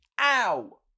Ow